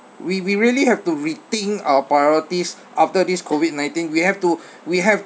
we we really have to rethink our priorities after this COVID nineteen we have to we have